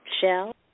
shell